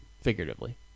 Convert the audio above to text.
Figuratively